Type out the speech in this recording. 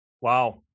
Wow